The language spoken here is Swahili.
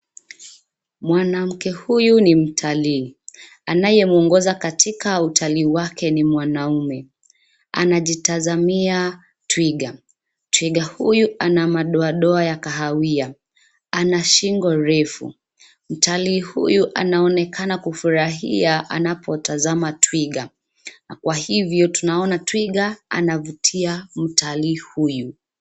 Mwanamke huyu ni mtalli anayemwongoza katika utalli wake ni mwanaume. Anajiyazamia twiga, Twiga huyu ana madoadoa ya kahawia ana shingo refu. Mtalii huyu anaonekana kufurahia anapotazama twiga na kwa hivyo tunaona twiga anavutia mtalii huyu.